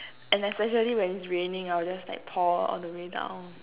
and especially when it's raining I'll just like pour all the way down